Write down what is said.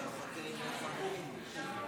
זה הסיכום.